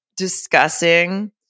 Discussing